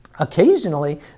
Occasionally